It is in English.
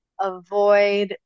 avoid